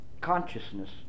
consciousness